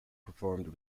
performed